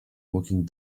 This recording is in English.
walking